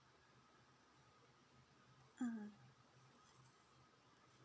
mm